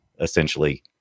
essentially